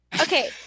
okay